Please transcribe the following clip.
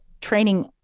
training